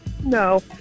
No